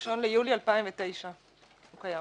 מה-1 ביולי 2009 הוא קיים.